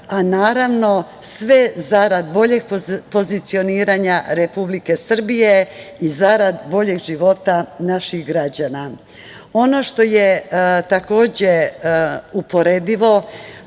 a naravno sve zarad boljeg pozicioniranja Republike Srbije i zarad boljeg života naših građana. Ono što je takođe uporedivo